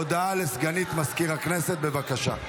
הודעה לסגנית מזכיר הכנסת, בבקשה.